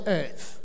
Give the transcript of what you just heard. earth